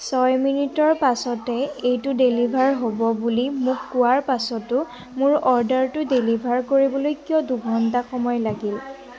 ছয় মিনিটৰ পাছতে এইটো ডেলিভাৰ হ'ব বুলি মোক কোৱাৰ পাছতো মোৰ অৰ্ডাৰটো ডেলিভাৰ কৰিবলৈ কিয় দুঘণ্টা সময় লাগিল